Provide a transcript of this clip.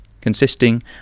consisting